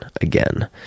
again